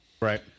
Right